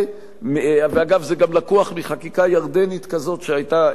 זה גם לקוח מחקיקה ירדנית כזאת שהיתה קיימת גם כן.